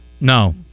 No